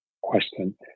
question